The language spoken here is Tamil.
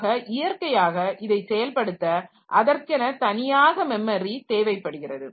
ஆக இயற்கையாக இதை செயல்படுத்த அதற்கென தனியாக மெமரி தேவைப்படுகிறது